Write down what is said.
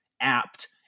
apt